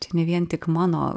čia ne vien tik mano